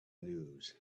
news